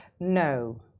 No